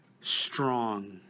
strong